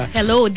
Hello